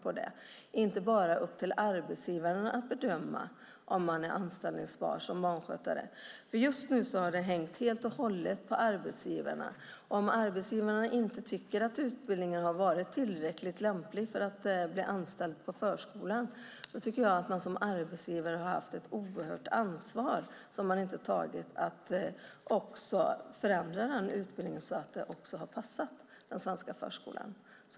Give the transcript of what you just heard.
Det ska inte vara upp till arbetsgivaren att bedöma om de är anställningsbara som barnskötare. Nu har det hängt på arbetsgivarna. Om arbetsgivarna inte tycker att utbildningen har varit tillräckligt lämplig för att bli anställd på förskolan har arbetsgivarna haft ett ansvar som de inte har tagit att förändra utbildningen så att den passar den svenska förskolan.